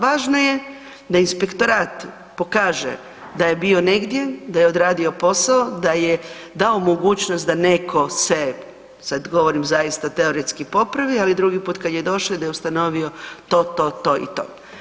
Važno je da inspektorat pokaže da je bio negdje, da je odradio posao, da je dao mogućnost da netko se, sad govorim zaista teoretski, popravi ali drugi put kad je došao da je ustanovio to, to i to.